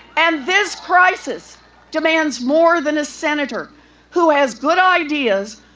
and this crisis demands more than a senator who has good ideas,